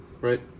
right